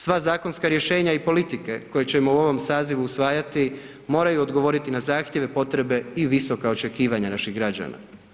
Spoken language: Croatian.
Sva zakonska rješenja i politike koje ćemo u ovom sazivu usvajati, moraju odgovoriti na zahtjeve, potrebe i visoka očekivanja naših građana.